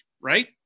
Right